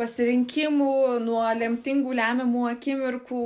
pasirinkimų nuo lemtingų lemiamų akimirkų